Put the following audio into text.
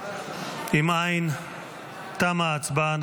אם אין, תמה ההצבעה.